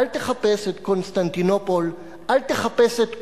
אל תחפש את "קונסטנטינופול" ואל תחפש את "קושטא".